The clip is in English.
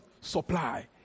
supply